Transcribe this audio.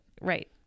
Right